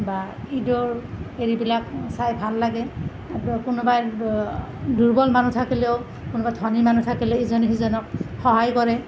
বা ঈদৰ হেৰিবিলাক চাই ভাল লাগে কোনোবাই দুৰ্বল মানুহ থাকিলেও কোনোবা ধনী মানুহ থাকিলে ইজনে সিজনক সহায় কৰে